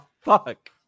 fuck